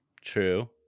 True